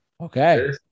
Okay